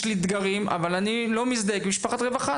יש לי אתגרים אבל אני לא מזדהה כמשפחת רווחה.